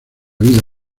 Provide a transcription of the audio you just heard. vida